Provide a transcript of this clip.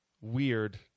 weird